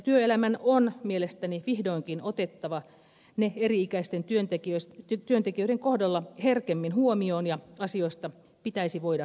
työelämän on mielestäni vihdoinkin otettava ne eri ikäisten työntekijöiden kohdalla herkemmin huomioon ja asioista pitäisi voida neuvotella